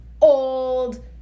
old